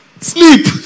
Sleep